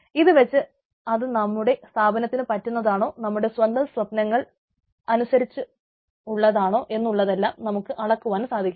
ഇതു വച്ച് അത് നമ്മുടെ സ്ഥാപനത്തിനു പറ്റുന്നതാണോ നമ്മുടെ സ്വന്തം സ്വപ്നങ്ങൾ അനുസരിച്ച് ഉള്ളതാണോ എന്നുള്ളതെല്ലാം നമുക്ക് അളക്കുവാൻ സാധിക്കും